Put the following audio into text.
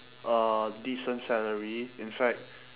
uh decent salary in fact